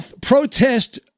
protest